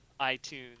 iTunes